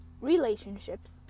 relationships